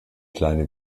kleine